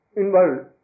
involved